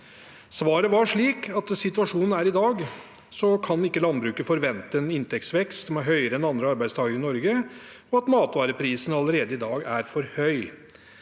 Svaret var at slik situasjonen er i dag, kan ikke landbruket forvente en inntektsvekst som er høyere enn for andre arbeidstakere i Norge, og at matvareprisene allerede i dag er for høye.